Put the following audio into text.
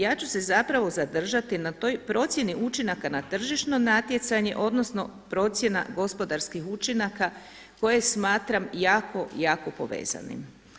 Ja ću se zapravo zadržati na toj procjeni učinaka na tržišno natjecanje, odnosno procjena gospodarskih učinaka koje smatram jako, jako povezanim.